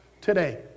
today